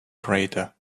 crater